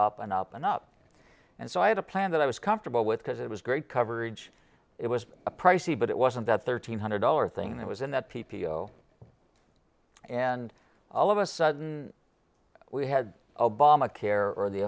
up and up and up and so i had a plan that i was comfortable with because it was great coverage it was a pricey but it wasn't that thirteen hundred dollar thing that was in that p p o and all of a sudden we had obamacare or the